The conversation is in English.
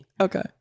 Okay